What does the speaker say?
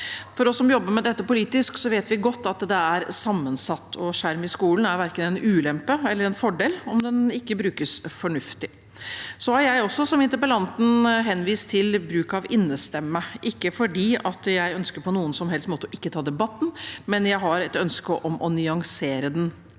Vi som jobber med dette politisk, vet godt at det er sammensatt, og skjerm i skolen er verken en ulempe eller en fordel om den ikke brukes fornuftig. Jeg har også som interpellanten henvist til bruk av innestemme, ikke fordi jeg på noen som helst måte ikke ønsker å ta debatten, men jeg har et ønske om å nyansere den.